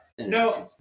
no